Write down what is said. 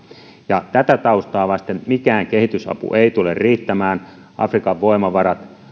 tätä taustaa vasten mikään kehitysapu ei tule riittämään afrikan voimavarat ja